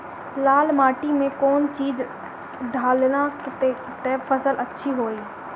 लाल माटी मे कौन चिज ढालाम त फासल अच्छा होई?